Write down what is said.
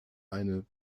eine